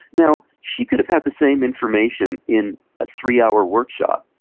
now, she could have had the same information in a three-hour workshop.